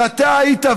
שאתה היית,